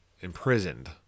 imprisoned